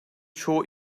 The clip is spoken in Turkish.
çoğu